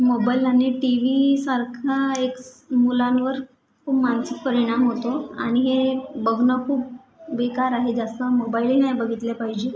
mobile आणि T व्हीसारखा एक मुलांवर खूप मानसिक परिणाम होतो आणि हे बघणं खूप बेकार आहे जास्त मोबाईलही नाही बघितले पाहिजे